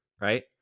right